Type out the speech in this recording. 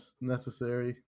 necessary